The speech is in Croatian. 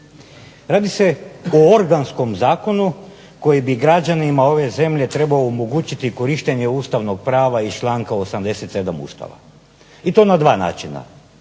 Radi se o organskom zakonu koji bi građanima ove zemlje trebao omogućiti korištenje ustavnog prava iz članka 87. Ustava i to na dva načina.